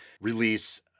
release